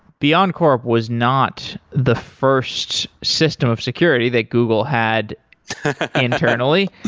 beyondcorp was not the first system of security that google had internally.